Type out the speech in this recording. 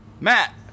Matt